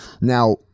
Now